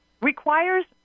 requires